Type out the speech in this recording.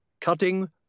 Cutting